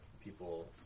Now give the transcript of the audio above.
people